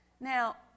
Now